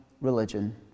religion